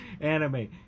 anime